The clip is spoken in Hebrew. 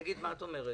שגית, מה את אומרת?